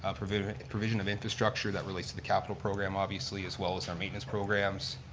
ah provision and provision of infrastructure that relates to the capital program obviously, as well as our maintenance programs.